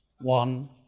one